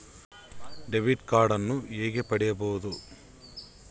Debit ಕಾರ್ಡನ್ನು ಹೇಗೆ ಪಡಿಬೋದು?